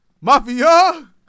Mafia